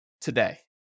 today